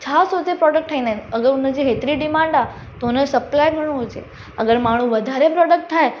छा सोचे प्रोडक्ट ठाहींदा आहिनि अगरि उन जी हेतिरी डिमांड आहे त हुन जो सप्लाए घणो हुजे अगरि माण्हू वधारे प्रोडक्ट ठाहे